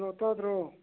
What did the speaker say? hello ꯇꯥꯗ꯭ꯔꯣ